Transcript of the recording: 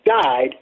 died